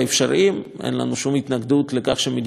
אין לנו שום התנגדות לכך שהמדינה תעזור,